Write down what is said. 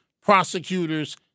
prosecutors